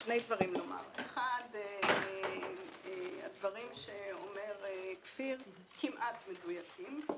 יש לי שני דברים לומר: 1. הדברים שאומר כפיר כמעט מדויקים.